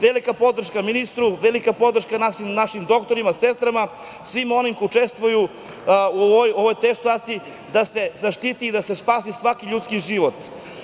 Velika podrška ministru, velika podrška našim doktorima, sestrama, svima onima koji učestvuju u ovoj teškoj situaciji da se zaštiti i da se spasi svaki ljudski život.